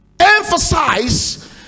emphasize